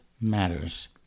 matters